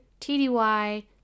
TDY